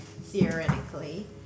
theoretically